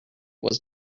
was